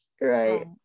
right